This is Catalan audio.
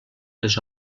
les